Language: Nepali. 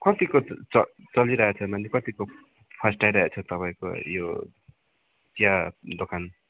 कतिको च चलिरहेछ माने कतिको फस्टाइ रहेछ तपाईँको यो चिया दोकान